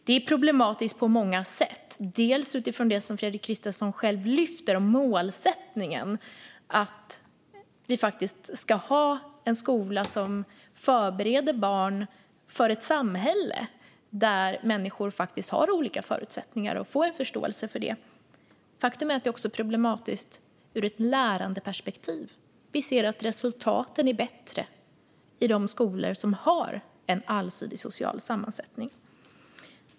Det är problematiskt på många sätt, bland annat utifrån det som Fredrik Christensson själv lyfter om målsättningen att vi ska ha en skola som förbereder barn för ett samhälle där människor faktiskt har olika förutsättningar och att barnen ska få en förståelse för det. Faktum är att det också är problematiskt ur ett lärandeperspektiv. Vi ser att resultaten är bättre i de skolor som har en allsidig social sammansättning.